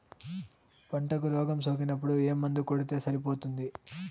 పంటకు రోగం సోకినపుడు ఏ మందు కొడితే సరిపోతుంది?